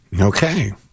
Okay